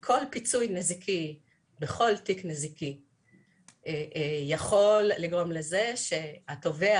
כל פיצוי נזיקי בכל תיק נזיקי יכול לגרום לזה שהתובע,